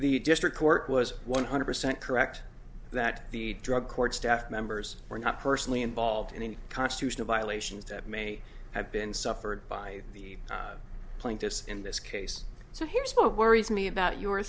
the district court was one hundred percent correct that the drug court staff members were not personally involved in any constitutional violations that may have been suffered by the plaintiffs in this case so here's what worries me about your